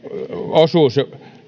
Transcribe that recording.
osuus